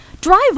Drive